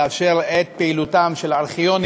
לאפשר את פעילותם של ארכיונים